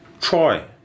Try